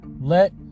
Let